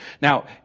Now